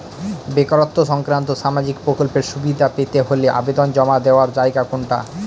বেকারত্ব সংক্রান্ত সামাজিক প্রকল্পের সুবিধে পেতে হলে আবেদন জমা দেওয়ার জায়গা কোনটা?